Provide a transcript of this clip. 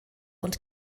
und